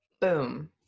boom